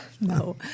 No